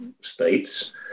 states